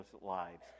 lives